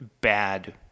bad